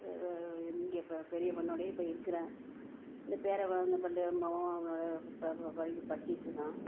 இங்கே இப்போ பெரிய பொண்ணோடையே இப்போ இருக்கிறேன் இந்த பேரனோட இந்த பிள்ளையோட மகன் அவனோடு படிக் படிச்சுட்ருக்கான்